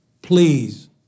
Please